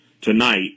tonight